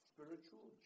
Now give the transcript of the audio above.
Spiritual